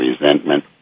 resentment